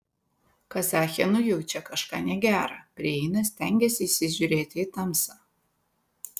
kazachė nujaučia kažką negera prieina stengiasi įsižiūrėti į tamsą